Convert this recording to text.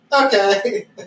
okay